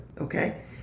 okay